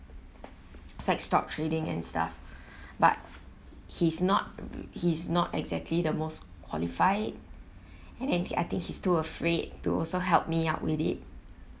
so like stock trading and stuff but he's not he's not exactly the most qualified and then I think he's too afraid to also help me out with it